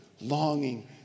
longing